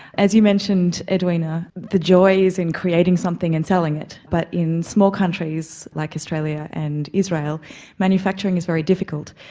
as you mentioned, edwina, the joy is in creating something and selling it, but in small countries like australia and israel manufacturing is very difficult.